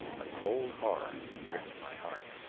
a cold horror gripped my heart.